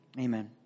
amen